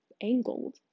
angled